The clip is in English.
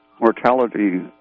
mortality